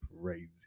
crazy